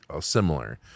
similar